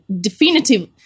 definitive